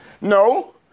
No